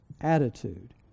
attitude